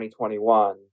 2021